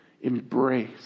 embrace